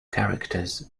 characters